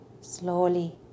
slowly